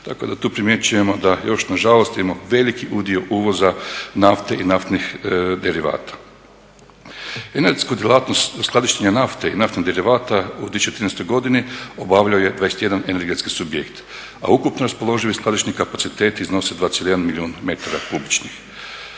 Tako da tu primjećujemo da još nažalost ima veliki udio uvoza nafte i naftnih derivata. Energetsku djelatnost skladištenja nafte i naftnih derivata u 2014. godini obavljao je 21 energetski subjekt. A ukupno raspoloživi skladišni kapaciteti iznose 2,1 milijun metara kubičnih.